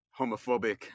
homophobic